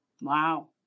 Wow